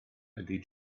ydy